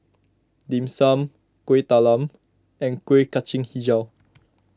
Dim Sum Kuih Talam and Kuih Kacang HiJau